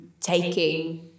taking